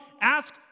ask